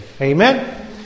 Amen